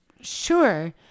Sure